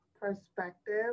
perspective